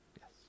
yes